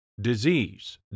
disease